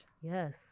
Yes